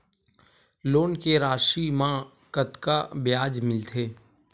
Loan के राशि मा कतका ब्याज मिलथे?